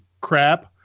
crap